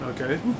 Okay